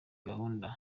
gahunda